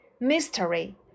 mystery